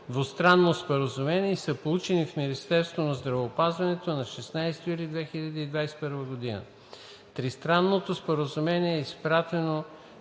(Двустранно споразумение) и са получени в Министерството на здравеопазването на 16 юли 2021 г. Тристранното споразумение е изпратено